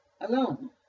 alone